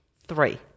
Three